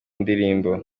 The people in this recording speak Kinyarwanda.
ndirimbo